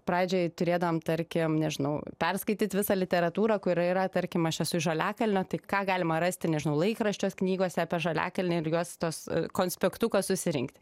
pradžioj turėdavom tarkim nežinau perskaityt visą literatūrą kuri yra tarkim aš esu iš žaliakalnio tai ką galima rasti nežinau laikraščiuos knygose apie žaliakalnį ir juos tuos konspektuką susirinkti